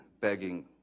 begging